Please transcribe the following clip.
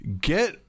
get